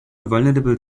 vulnerable